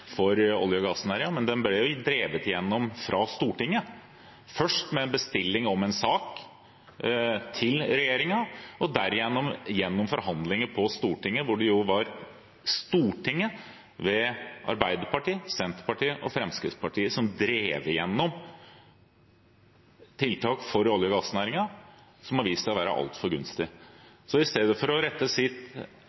for olje- og gassnæringen, men den ble jo drevet gjennom fra Stortinget – først med bestilling av en sak til regjeringen, og deretter gjennom forhandlinger på Stortinget, hvor det var Stortinget ved Arbeiderpartiet, Senterpartiet og Fremskrittspartiet som drev igjennom tiltak for olje- og gassnæringen, som har vist seg å være altfor